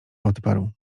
odparł